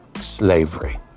slavery